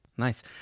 nice